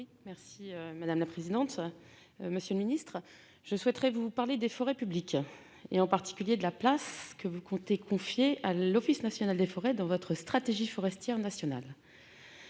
Merci madame la présidente, monsieur le ministre, je souhaiterais vous parler des forêts publiques et en particulier de la place que vous comptez confiée à l'Office national des forêts dans votre stratégie forestière nationale